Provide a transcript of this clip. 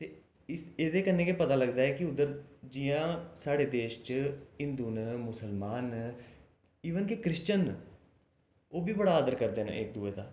ते एह्दे कन्नै गै पता लगदा ऐ कि उद्धर जियां साढ़े देश च हिंदू न मुस्लमान न इवन के क्रिश्चिन न उब्भी बड़ा आदर करदे न इक दुए दा